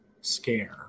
scare